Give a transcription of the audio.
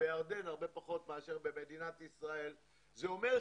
בירדן יש הרבה פחות ממדינת ישראל.